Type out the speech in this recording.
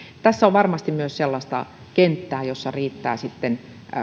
tässä on varmasti myös sellaista kenttää jossa riittää